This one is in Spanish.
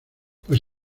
pues